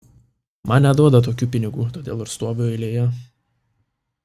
man neduoda tokių pinigų todėl ir stoviu eilėje